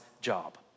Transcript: job